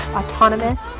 autonomous